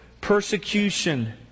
persecution